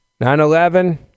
9-11